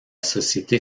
société